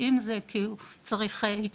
אם זה כי הפניות שהוא צריך.